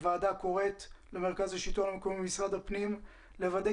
הוועדה קוראת למרכז השלטון המקומי ולמשרד הפנים לוודא